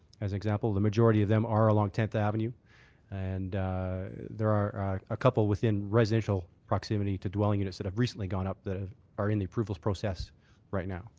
as an example. the majority of them are along tenth avenue and there are a couple within residential proximity to dwelling units that have recently gone up that ah are in the approvals process right now.